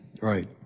Right